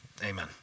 Amen